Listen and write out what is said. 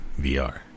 VR